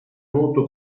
noto